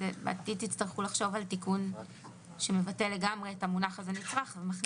זה לחשוב על תיקון שמבטל לגמרי את המונח "נצרך".